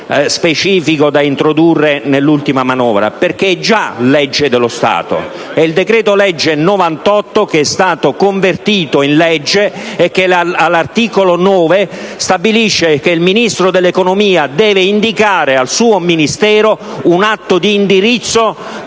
specifico da introdurre nell'ultima manovra, perché è già legge dello Stato. Si tratta del decreto-legge n. 98 che è stato convertito in legge e che, all'articolo 9, stabilisce che il Ministro dell'economia deve indicare al suo Ministero un atto di indirizzo